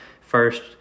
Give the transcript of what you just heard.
first